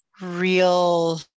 real